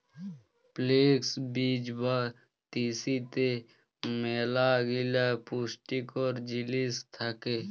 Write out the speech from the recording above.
flakes বীজ বা তিসিতে ম্যালাগিলা পুষ্টিকর জিলিস থ্যাকে